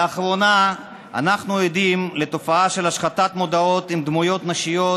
לאחרונה אנחנו עדים לתופעה של השחתת מודעות עם דמויות נשיות